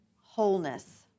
wholeness